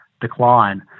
decline